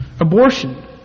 abortion